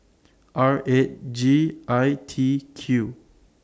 R eight G I T Q